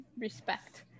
respect